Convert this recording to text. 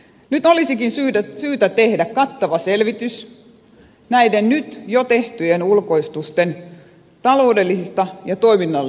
nyt olisikin syytä tehdä kattava selvitys näiden nyt jo tehtyjen ulkoistusten taloudellisista ja toiminnallisista vaikutuksista